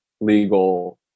legal